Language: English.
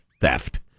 theft